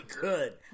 good